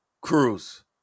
Cruz